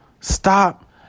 Stop